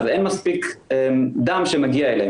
אין מספיק דם שמגיע אליהן,